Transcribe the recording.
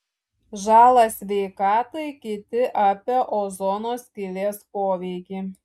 žalą sveikatai kiti apie ozono skylės poveikį